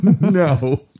No